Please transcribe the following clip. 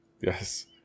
Yes